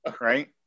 right